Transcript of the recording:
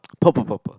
purple purple